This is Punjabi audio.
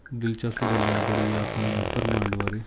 ਦਿਲਚਸਪ ਗੱਲਾਂ ਹੈ ਬੜੀਆਂ ਆਪਣੇ ਬ੍ਰਹਿਮੰਡ਼ ਬਾਰੇ